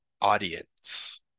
audience